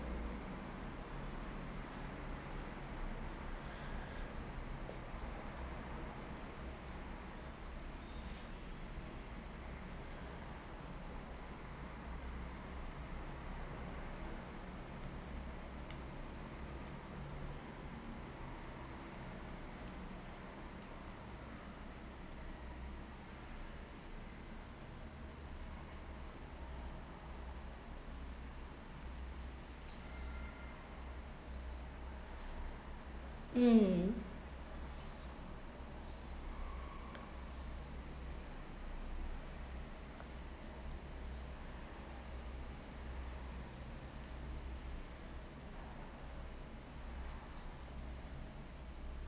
mm